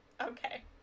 Okay